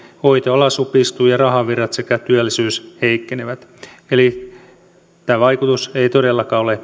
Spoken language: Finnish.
hoitoala supistuu ja rahavirrat sekä työllisyys heikkenevät eli tämä vaikutus ei todellakaan ole